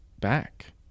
back